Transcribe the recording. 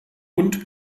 und